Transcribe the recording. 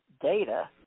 data